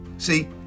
See